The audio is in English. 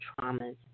traumas